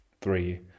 three